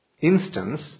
instance